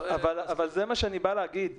זה מה שאני בא להגיד,